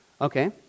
okay